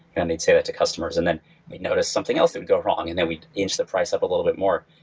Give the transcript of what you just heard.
and they'd say that to customers. and then we noticed something else that would go wrong, and then we'd inch the price up a little bit more.